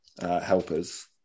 helpers